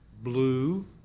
blue